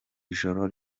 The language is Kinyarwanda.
ijoro